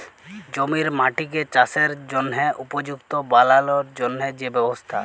জমির মাটিকে চাসের জনহে উপযুক্ত বানালর জন্হে যে ব্যবস্থা